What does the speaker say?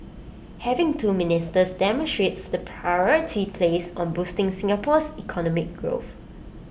having two ministers demonstrates the priority placed on boosting Singapore's economic growth